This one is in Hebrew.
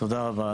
תודה רבה.